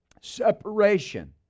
separation